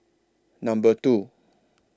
Number two